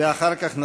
תגיד שעה,